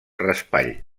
raspall